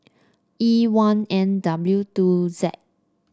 E one N W two Z